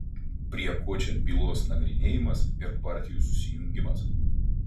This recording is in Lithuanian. prie ko čia bylos nagrinėjimas ir partijų susijungimas